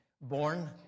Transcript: born